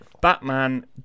Batman